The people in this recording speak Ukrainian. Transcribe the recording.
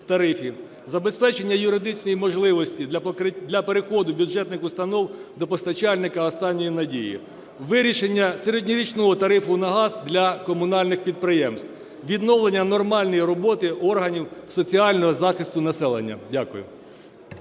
Забезпечення юридичної можливості для переходу бюджетних установ до постачальника "останньої надії". Вирішення середньорічного тарифу на газ для комунальних підприємств. Відновлення нормальної роботи органів соціального захисту населення. Дякую.